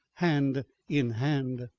hand in hand.